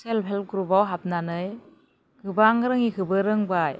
self help group आव हाबनानै गोबां रोङैखौबो रोंबाय